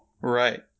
Right